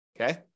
okay